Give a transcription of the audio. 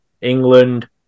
England